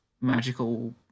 magical